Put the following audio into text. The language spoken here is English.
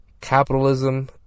Capitalism